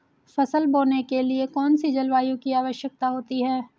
फसल बोने के लिए कौन सी जलवायु की आवश्यकता होती है?